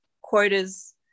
quotas